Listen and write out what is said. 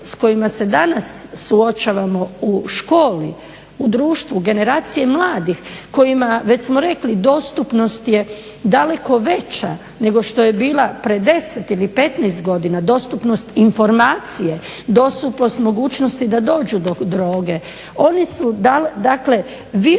s kojima se danas suočavamo u školi, u društvu, generacije mladih kojima već smo rekli dostupnost je daleko veća nego što je bila prije 10 ili 15 godina, dostupnost informacije, dostupnost mogućnosti da dođu do droge. Oni su dakle, više,